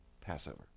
Passover